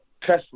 Tesla